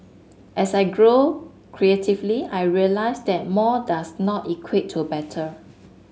as I grow creatively I realise that more does not equate to better